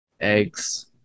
eggs